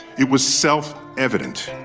it was self evident.